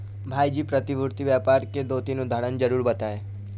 भाई जी प्रतिभूति व्यापार के दो तीन उदाहरण जरूर बताएं?